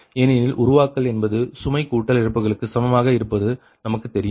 ஏனெனில் உருவாக்கல் என்பது சுமை கூட்டல் இழப்புகளுக்கு சமமாக இருப்பது நமக்கு தெரியும்